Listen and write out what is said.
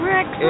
Rex